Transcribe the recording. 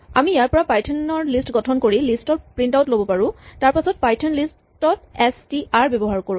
আমি ইয়াৰ পৰা পাইথন লিষ্ট গঠন কৰি লিষ্ট ৰ প্ৰিন্ট আউট ল'ব পাৰোঁ তাৰপাছত পাইথন লিষ্ট ত এচ টি আৰ ব্যৱহাৰ কৰোঁ